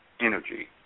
energy